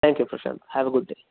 thank you Prashant have a good day